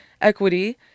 equity